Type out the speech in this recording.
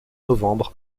novembre